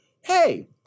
hey